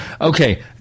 Okay